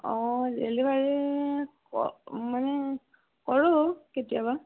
অঁ ডেলিভাৰী ক মানে কৰোঁ কেতিয়াবা